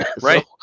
right